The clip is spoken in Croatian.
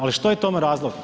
Ali što je tome razlog?